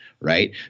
Right